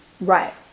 Right